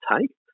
take